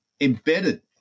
embedded